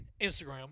Instagram